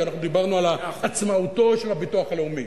כי אנחנו דיברנו על עצמאותו של הביטוח הלאומי.